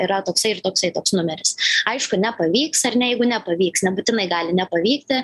yra toksai ir toksai toks numeris aišku nepavyks ar ne jeigu nepavyks nebūtinai gali nepavykti